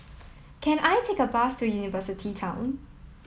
can I take a bus to University Town